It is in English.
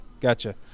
gotcha